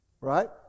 Right